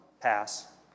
Pass